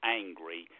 angry